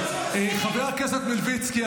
חבר הכנסת מלביצקי,